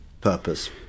purpose